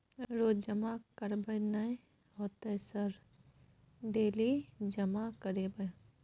रोज जमा करबे नए होते सर डेली जमा करैबै?